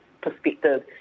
perspective